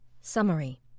Summary